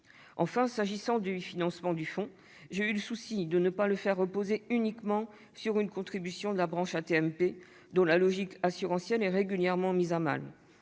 Enfin, s'agissant du financement du fonds, j'ai eu le souci de ne pas le faire reposer uniquement sur une contribution de la branche AT-MP, dont la logique assurantielle est régulièrement mise à mal.